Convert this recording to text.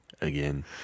again